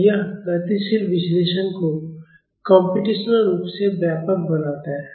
तो यह गतिशील विश्लेषण को कम्प्यूटेशनल रूप से व्यापक बनाता है